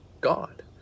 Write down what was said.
God